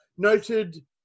noted